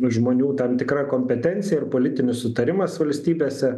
žmonių tam tikra kompetencija ir politinis sutarimas valstybėse